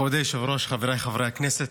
מכובדי היושב-ראש, חבריי חברי הכנסת,